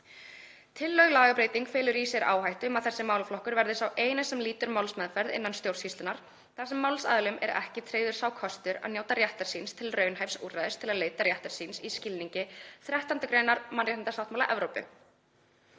Tillögð lagabreyting felur í sér áhættu um að þessi málaflokkur verði sá eini sem lýtur málsmeðferð innan stjórnsýslunnar þar sem málsaðilum er ekki tryggður sá kostur að njóta réttar síns til raunhæfs úrræðis til að leita réttar síns í skilningi 13. gr. Mannréttindasáttmála Evrópu.